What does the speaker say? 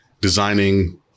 designing